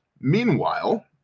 Meanwhile